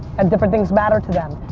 and different things matter to them.